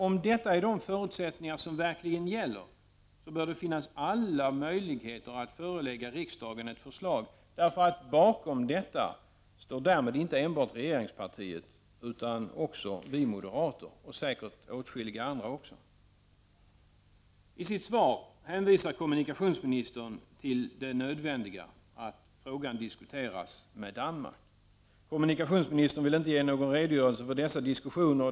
Om detta är de förutsättningar som gäller, så bör det finnas alla möjlighe ter att förelägga riksdagen ett förslag, därför att bakom detta står därmed inte enbart regeringspartiet utan också vi moderater. I sitt svar i dag hänvisar kommunikationsministern till det nödvändiga, att frågan diskuteras med Danmark. Kommunikationsministern vill inte ge någon redogörelse för dessa diskussioner.